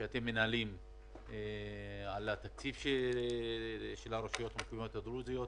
שאתם מנהלים על התקציב של הרשויות המקומיות הדרוזיות.